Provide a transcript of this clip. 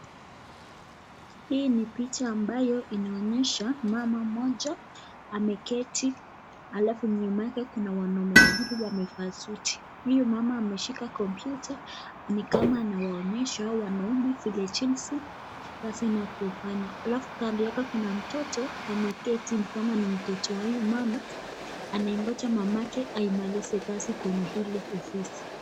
Hii ni picha ambayo inaonyesha mama mmoja ameketi halafu nyuma yake kuna wanaume wawili wamevaa suti. Huyu mama ameshika kompyuta ni kama anawaonyesha hawa wanaume vile jinsi ya kufanya. Halafu kando yake kuna mtoto ameketi ni kama ni mtoto wa huyo mama anayengoja mamake aimallize kazi kwenye hili ofisi.